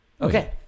Okay